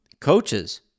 coaches